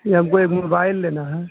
جی ہم کو ایک موبائل لینا ہے